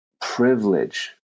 privilege